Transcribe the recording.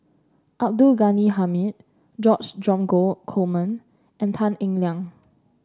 Abdul Ghani Hamid George Dromgold Coleman and Tan Eng Liang